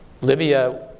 Libya